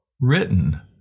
written